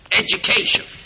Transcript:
education